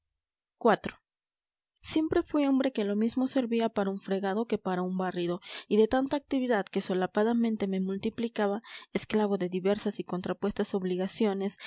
continuación siempre fui hombre que lo mismo servía para un fregado que para un barrido y de tanta actividad que solapadamente me multiplicaba esclavo de diversas y contrapuestas obligaciones